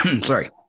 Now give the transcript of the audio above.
sorry